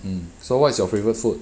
mm so what's your favourite food